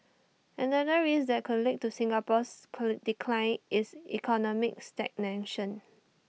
another risk that could lead to Singapore's decline is economic stagnation